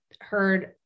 heard